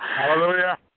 Hallelujah